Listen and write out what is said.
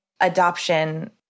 adoption—